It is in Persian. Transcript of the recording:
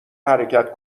حرکت